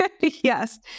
Yes